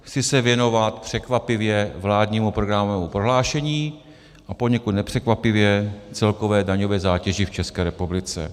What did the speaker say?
Chci se věnovat, překvapivě, vládnímu programovému prohlášení a poněkud nepřekvapivě celkové daňové zátěži v České republice.